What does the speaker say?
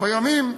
ביום זה,